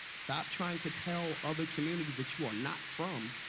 stop trying to tell other communities that you are not from,